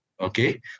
okay